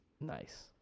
Nice